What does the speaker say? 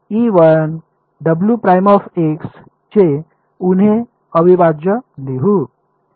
तर आपण हे चे उणे अविभाज्य लिहू